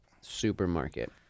supermarket